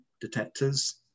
detectors